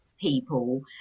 people